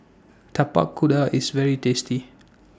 Tapak Kuda IS very tasty